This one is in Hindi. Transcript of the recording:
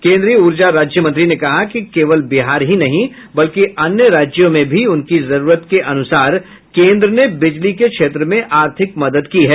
केंद्रीय ऊर्जा राज्य मंत्री ने कहा कि केवल बिहार ही नहीं बल्कि अन्य राज्यों में भी उनकी जरूरत के अनुसार केंद्र ने बिजली के क्षेत्र में आर्थिक मदद की है